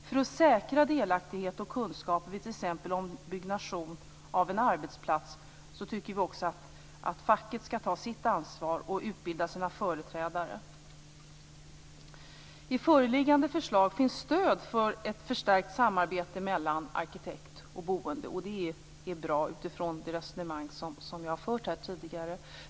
För att säkra delaktighet och kunskap vid t.ex. ombyggnation av en arbetsplats tycker vi också att facket skall ta sitt ansvar och utbilda sina företrädare. I föreliggande förslag finns stöd för ett förstärkt samarbete mellan arkitekt och boende. Det är bra utifrån det resonemang som vi har fört här tidigare.